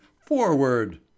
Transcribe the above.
Forward